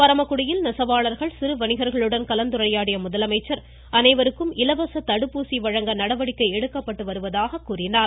பரமக்குடியில் நெசவாளர்கள் சிறுவணிகர்களுடன் கலந்துரையாடிய முதலமைச்சர் அனைவருக்கும் இலவச தடுப்பூசி வழங்க நடவடிக்கை எடுக்கப்பட்டு வருவதாக கூறினார்